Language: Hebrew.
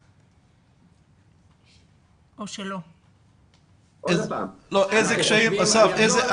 אני אחזור --- אסף,